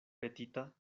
petita